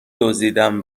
دزدیدم